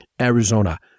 Arizona